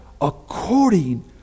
According